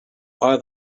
why